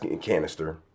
canister